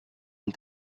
and